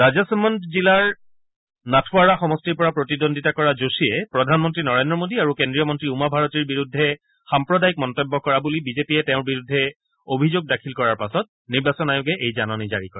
ৰাজাছমণ্ণ জিলাৰ নাথৱাৰা সমষ্টিৰ পৰা প্ৰতিদ্বদ্বিতা কৰা যোশীয়ে প্ৰধানমন্ত্ৰী নৰেন্দ্ৰ মোদী আৰু কেন্দ্ৰীয় মন্ত্ৰী উমা ভাৰতীৰ বিৰুদ্ধে সাম্প্ৰদায়িক মন্তব্য কৰা বুলি বি জে পিয়ে তেওঁৰ বিৰুদ্ধে অভিযোগ দাখিল কৰাৰ পাছত নিৰ্বাচন আয়োগে এই জাননী জাৰি কৰে